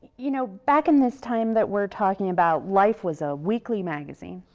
you know, back in this time that we're talking about, life was a weekly magazine,